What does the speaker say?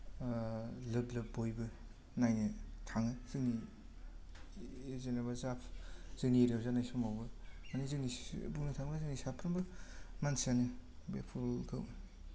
लोब लोब बयबो नायनो थाङो जोंनि जेनेबा जा जोंनि एरिया याव जानाय समावबो माने जोंनि स बुंनो थाङोबा जोंनि साफ्रोमबो मानसियानो बे फुटबल खौ